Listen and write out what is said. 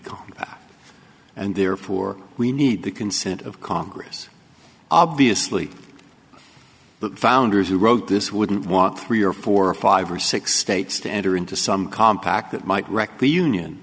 cause and therefore we need the consent of congress obviously the founders who wrote this wouldn't want three or four or five or six states to enter into some compact that might wreck the union